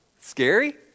Scary